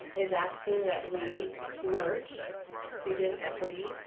is asking that we merge student equity,